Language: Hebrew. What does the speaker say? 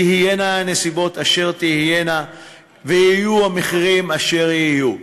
תהיינה הנסיבות אשר תהיינה ויהיו המחירים אשר יהיו.